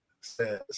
says